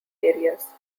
areas